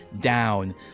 down